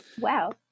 Wow